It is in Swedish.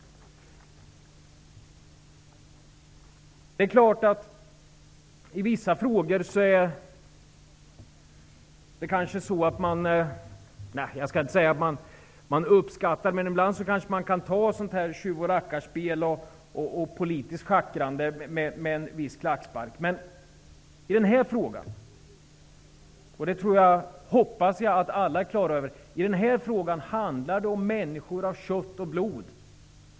Det är klart att man i vissa frågor -- jag skall inte säga att man uppskattar det -- ibland kanske kan ta sådant här tjuv och rackarspel och politiskt schackrande med en viss klackspark. Men i den här frågan hoppas jag att alla är klara över att det handlar om människor av kött och blod.